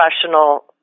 professional